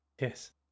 yes